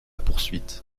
poursuite